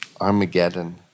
Armageddon